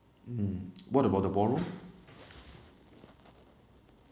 hmm what about the ballroom